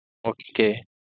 okay